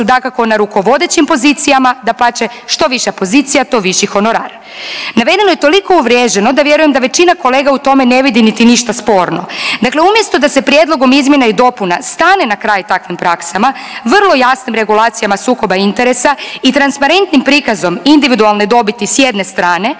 su dakako na rukovodećim pozicijama, dapače što viša pozicija to viši honorar. Navedeno je toliko uvriježeno da vjerujem da većina kolega u tome ne vidi niti ništa sporno. Dakle, umjesto da se Prijedlogom izmjena i dopuna stane na kraj takvim praksama vrlo jasnim regulacijama sukoba interesa i transparentnim prikazom individualne dobiti s jedne strane